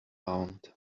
sound